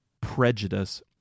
prejudice